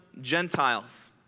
Gentiles